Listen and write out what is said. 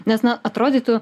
nes na atrodytų